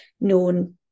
known